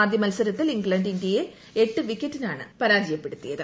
ആദ്യ മത്സരത്തിൽ ഇംഗ്ലണ്ട് ഇന്ത്യയെ എട്ട് വിക്കറ്റിനാണ് പരാജയ്ക്പ്പെടുത്തിയത്